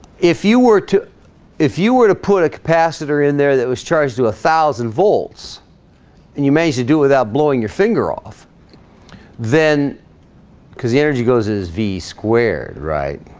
if you were to if you were to put a capacitor in there that was charged to a thousand volts and you managed to do without blowing your finger off then because the energy goes is v squared, right?